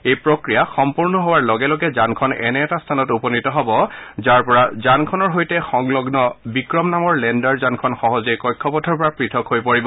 এই প্ৰক্ৰিয়া সম্পন্ন হোৱাৰ লগে লগে যানখন এনে এটা স্থানত উপনীত হ'ব যৰ পৰা যানখনৰ সৈতে সংলগ্ন বিক্ৰম নামৰ লেণ্ডাৰ যানখন সহজেই কক্ষপথৰ পৰা পৃথক হৈ পৰিব